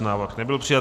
Návrh nebyl přijat.